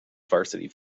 varsity